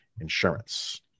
insurance